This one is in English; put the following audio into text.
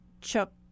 Chuck